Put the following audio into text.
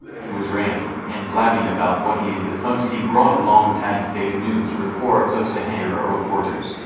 he was ranting and blabbing about what he and the thugs he brought along tagged fake news reports of saharareporters.